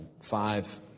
five